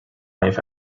life